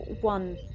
One